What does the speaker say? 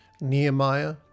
Nehemiah